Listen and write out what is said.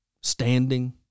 standing